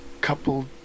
couple